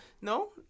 No